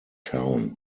town